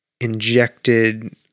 injected